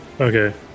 Okay